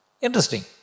Interesting